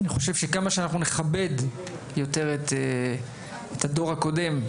ככל שנכבד יותר את הדור הקודם,